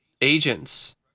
agents